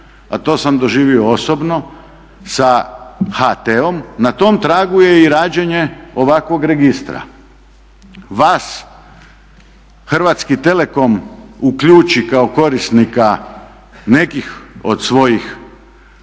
a to sam doživio osobno sa HT-om, na tom tragu je i rađanje ovakvog registra. Vas Hrvatski telekom uključi kao korisnika nekih od svojih